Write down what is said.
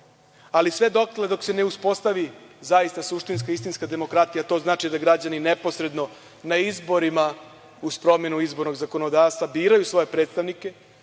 dotle dok se ne uspostavi zaista suštinska, istinska demokratija, to znači da građani neposredno na izborima, uz promenu izbornog zakonodavstva, biraju svoje predstavnike.